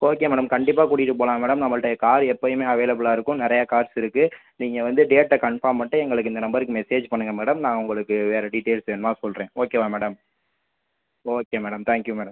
okay madam கண்டிப்பாக கூட்டிகிட்டு போகலாம் மேடம் நம்பள்கிட்ட கார் எப்போயுமே அவைலபிளாக இருக்கும் நிறையா கார்ஸ் இருக்குது நீங்கள் வந்து டேட்டை கன்ஃபார்ம் பண்ணிட்டு எங்களுக்கு இந்த நம்பருக்கு மெஸேஜ் பண்ணுங்கள் மேடம் நான் உங்களுக்கு வேறு டீட்டெயில்ஸ் வேணுமா சொல்கிறேன் ஓகேவா madam okay madam thank you madam